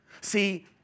See